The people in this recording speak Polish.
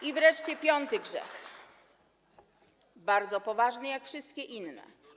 I wreszcie piąty grzech, bardzo poważny, jak wszystkie inne.